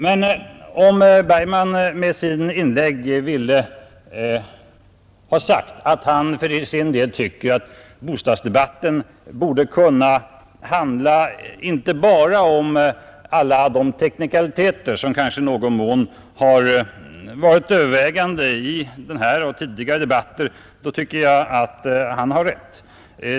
Men om herr Bergman med sitt inlägg ville ha sagt att han för sin del tycker att bostadsdebatten borde kunna handla inte bara om alla de teknikaliteter som kanske varit övervägande i denna och tidigare debatter, så tycker jag att han har rätt.